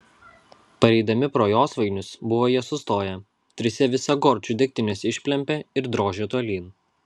pareidami pro josvainius buvo jie sustoję trise visą gorčių degtinės išplempė ir drožė tolyn